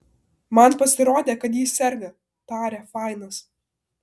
man pasirodė kad ji serga tarė fainas